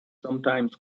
sometimes